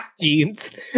jeans